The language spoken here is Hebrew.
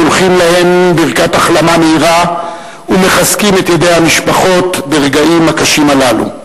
שולחים להם ברכת החלמה מהירה ומחזקים את ידי המשפחות ברגעים הקשים הללו.